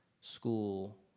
school